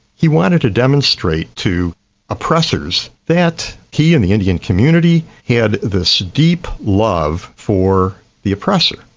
he wanted to demonstrate to oppressors that he and the indian community had this deep love for the oppressor,